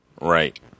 Right